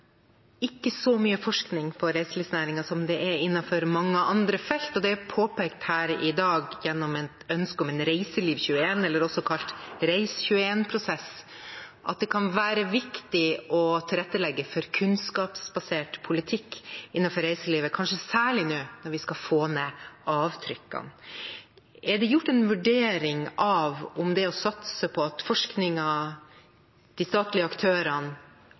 ikke så mye forskning på reiselivsnæringen som det er innenfor mange andre felt. Det er påpekt her i dag gjennom ønsket om en Reiseliv 21-prosess, også kalt REIS21. Da er det viktig å tilrettelegge for en kunnskapsbasert politikk innenfor reiselivet, kanskje særlig nå når vi skal få ned avtrykkene. Er det gjort en vurdering av det å satse på at forskningen, de statlige aktørene